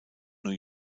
new